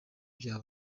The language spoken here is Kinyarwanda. bya